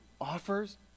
offers